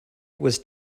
was